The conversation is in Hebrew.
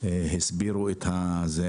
הסבירו את העניין.